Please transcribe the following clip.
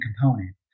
component